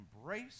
embrace